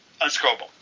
unscorable